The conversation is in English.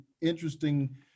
interesting